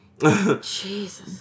Jesus